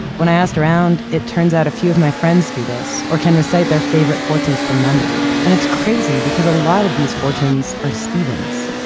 when i asked around, it turns out a few of my friends do this or can recite their favorite fortunes from memory. and it's crazy because a lot of these fortunes are steven's,